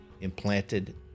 implanted